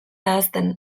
ahazten